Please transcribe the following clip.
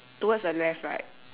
towards the left right